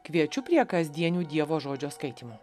kviečiu prie kasdienių dievo žodžio skaitymų